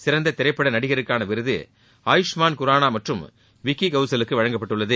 சிறந்த திரைப்பட நடிகருக்கான விருது ஆயுஷ்மான் குரானா மற்றும் விக்கி கவுசலுக்கு வழங்கப்பட்டுள்ளது